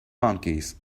monkeys